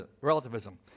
relativism